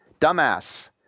dumbass